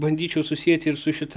bandyčiau susieti ir su šita